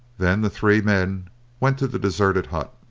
then the three men went to the deserted hut.